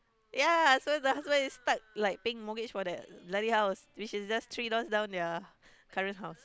ya so the husband is stuck like paying mortgage for that bloody house which is just three doors down their current house